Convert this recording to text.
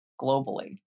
globally